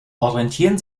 orientieren